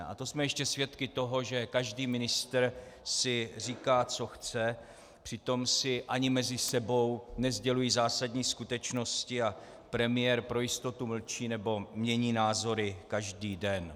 A to jsme ještě svědky toho, že každý ministr si říká, co chce, přitom si ani mezi sebou nesdělují zásadní skutečnosti a premiér pro jistotu mlčí nebo mění názory každý den.